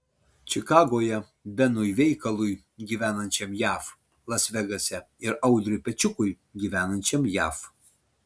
čikagoje benui veikalui gyvenančiam jav las vegase ir audriui pečiukui gyvenančiam jav